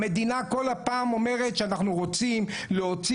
המדינה כל פעם אומרת שאנחנו רוצים להוציא